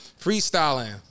freestyling